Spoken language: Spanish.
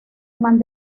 man